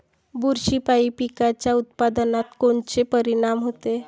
बुरशीपायी पिकाच्या उत्पादनात कोनचे परीनाम होते?